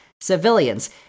civilians